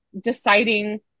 deciding